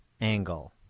angle